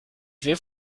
fait